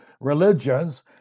religions